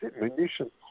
munitions